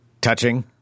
Touching